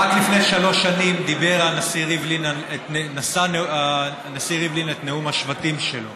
רק לפני שלוש שנים נשא הנשיא ריבלין את נאום השבטים שלו